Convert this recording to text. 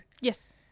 Yes